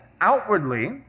outwardly